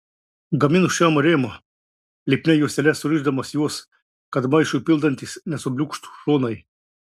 gamino šiam rėmą lipnia juostele surišdamas juos kad maišui pildantis nesubliūkštų šonai